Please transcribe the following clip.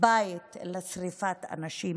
בית אלא שרפת אנשים,